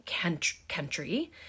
country